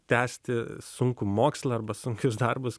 tęsti sunkų mokslą arba sunkius darbus